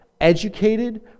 educated